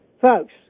folks